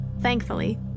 Thankfully